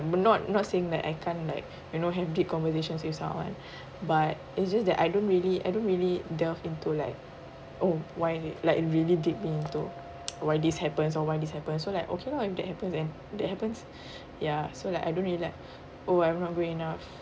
not not saying that I can't like you know have deep conversations with someone but it's just that I don't really I don't really delve into oh why leh like really deep into why this happens oh why this happens so like okay lor if that happens and that happens ya so like I don't really like oh I'm not good enough